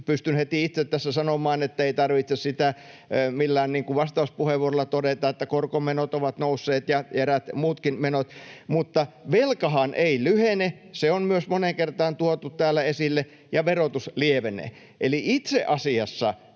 pystyn heti itse tässä sanomaan — ettei tarvitse sitä millään vastauspuheenvuorolla todeta — että korkomenot ovat nousseet ja eräät muutkin menot. Mutta velkahan ei lyhene, myös se on moneen kertaan tuotu täällä esille, ja verotus lievenee. Eli itse asiassa